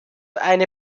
eine